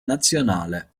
nazionale